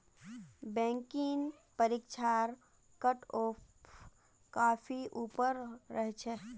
banking परीक्षार cutoff काफी ऊपर रह छेक